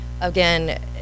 again